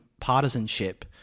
partisanship